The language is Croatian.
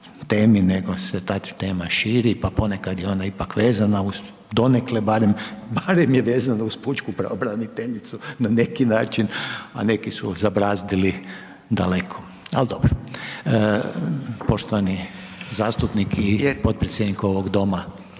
nego se ta tema širi, pa ponekad je ona ipak vezana donekle barem, barem je vezana uz pučku pravobraniteljicu na neki način, a neki su zabrazdili daleko, ali dobro. Poštovani zastupnik potpredsjednik ovog doma